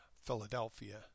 Philadelphia